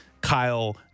Kyle